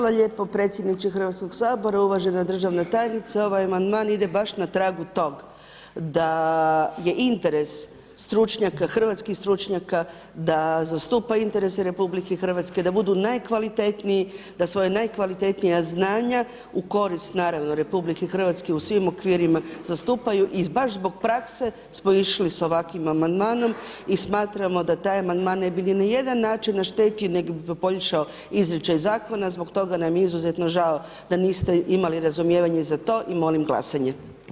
Hvala lijepo predsjedniče Hrvatskoga sabora, uvažena Državna tajnice, ovaj amandman ide baš na tragu tog da je interes stručnjaka, hrvatski stručnjaka da zastupaju interes RH, da budu najkvalitetniji, da svoja najkvalitetnija znanja u korist, naravno RH u svim okvirima zastupaju i baš zbog prakse smo išli sa ovakvim amandmanom i smatramo da taj amandman ne bi na jedan način naštetio nego bi poboljšao izričaj zakona, zbog toga nam je izuzetno žao da niste imali razumijevanja za to i molim glasanje.